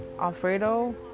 Alfredo